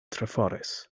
treforys